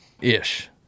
ish